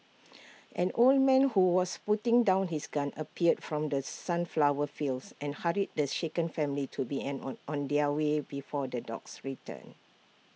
an old man who was putting down his gun appeared from the sunflower fields and hurried the shaken family to be an on on their way before the dogs return